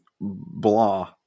blah